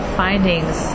findings